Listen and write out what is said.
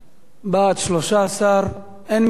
בעד, 13, אין מתנגדים.